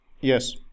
Yes